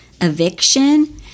eviction